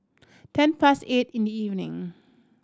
ten past eight in the evening